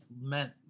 meant